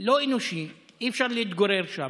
לא אנושי, אי-אפשר להתגורר שם,